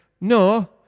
no